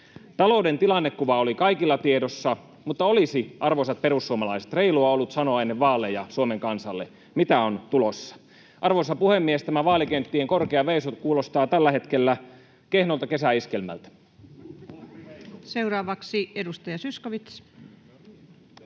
Talouden tilannekuva oli kaikilla tiedossa, mutta olisi, arvoisat perussuomalaiset, reilua ollut sanoa ennen vaaleja Suomen kansalle, mitä on tulossa. Arvoisa puhemies! Tämä vaalikenttien korkea veisu kuulostaa tällä hetkellä kehnolta kesäiskelmältä. [Speech 102] Speaker: